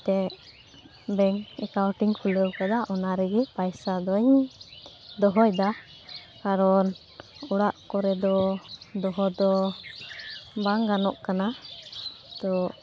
ᱢᱤᱫᱴᱮᱡ ᱵᱮᱝᱠ ᱮᱠᱟᱣᱩᱱᱴᱤᱧ ᱠᱷᱩᱞᱟᱹᱣ ᱟᱠᱟᱫᱟ ᱚᱱᱟᱨᱮᱜᱮ ᱯᱟᱭᱥᱟᱫᱚᱧ ᱫᱚᱦᱚᱭᱮᱫᱟ ᱠᱟᱨᱚᱱ ᱚᱲᱟᱜ ᱠᱚᱨᱮᱫᱚ ᱫᱚᱦᱚᱫᱚ ᱵᱟᱝ ᱜᱟᱱᱚᱜ ᱠᱟᱱᱟ ᱛᱚ